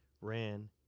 ran